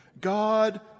God